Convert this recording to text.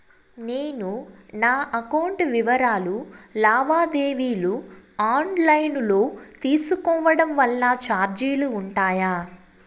నేను నా అకౌంట్ వివరాలు లావాదేవీలు ఆన్ లైను లో తీసుకోవడం వల్ల చార్జీలు ఉంటాయా?